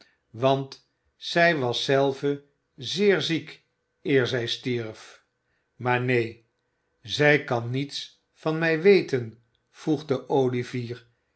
want zij was zelve zeer ziek eer zij stierf maar neen zij kan niets van mij weten voegde olivier